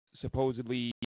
supposedly